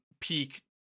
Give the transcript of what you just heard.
peak